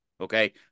Okay